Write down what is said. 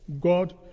God